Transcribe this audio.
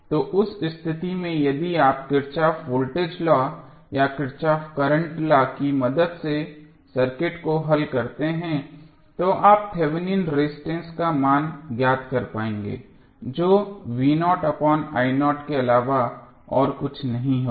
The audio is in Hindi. तो उस स्थिति में यदि आप किरचॉफ वोल्टेज लॉ या किरचॉफ करंट लॉ की मदद से सर्किट को हल करते हैं तो आप थेवेनिन रेजिस्टेंस का मान ज्ञात कर पाएंगे जो के अलावा और कुछ नहीं होगा